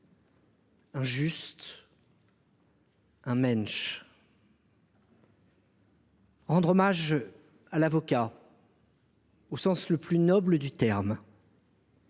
un juste, un ; rendre hommage à l’avocat au sens le plus noble du terme